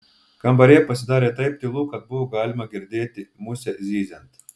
kambaryje pasidarė taip tylu kad buvo galima girdėti musę zyziant